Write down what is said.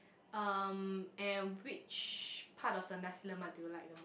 um and which part of the Nasi-Lemak do you like most